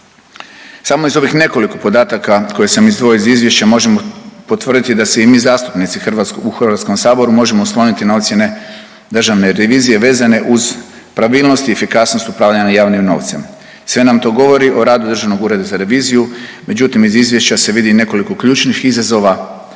Samo iz ovih nekoliko podataka koje sam izdvojio iz izvješće možemo potvrditi da se i mi zastupnici u Hrvatskom saboru možemo osloniti na ocjene državne revizije vezane uz pravilnost i efikasnost upravljanja javnim novcem. Sve nam to govori o radu Državnog ureda za reviziju, međutim iz izvješća se vidi i nekoliko ključnih izazova